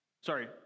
Sorry